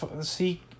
see